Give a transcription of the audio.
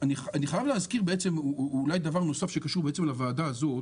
אני חייב להזכיר דבר נוסף שקשור לוועדה הזאת.